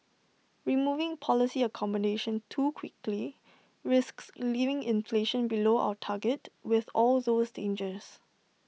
removing policy accommodation too quickly risks leaving inflation below our target with all those dangers